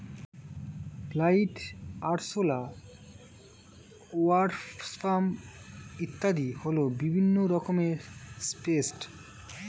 fly, আরশোলা, wasp ইত্যাদি হল বিভিন্ন রকমের পেস্ট